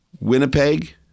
Winnipeg